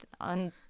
on